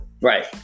Right